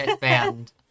band